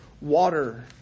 water